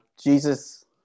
Jesus